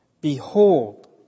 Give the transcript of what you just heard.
Behold